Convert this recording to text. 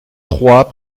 trois